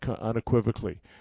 unequivocally